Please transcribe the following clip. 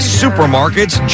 supermarkets